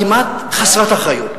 כמעט חסרת אחריות,